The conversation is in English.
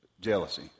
jealousy